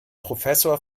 professor